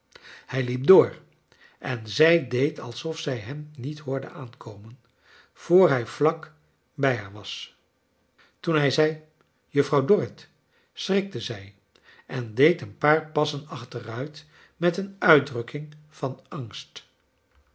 hij hep door en zij deed alsof zij hem niet hoorde aankomen voor hij vlak bij haar was toen hij zei juffrouw dorrit schrikte zij en deed een paar pas sen ac meruit met een uitdrukking van angst